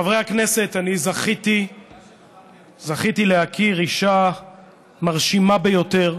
חברי הכנסת, אני זכיתי להכיר אישה מרשימה ביותר,